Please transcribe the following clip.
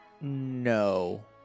No